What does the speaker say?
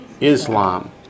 Islam